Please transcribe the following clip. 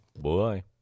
Boy